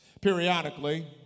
Periodically